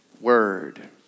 word